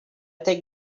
take